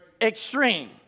extreme